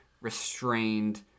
restrained